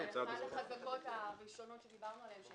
אחת החזקות הראשונות שדיברנו עליהן,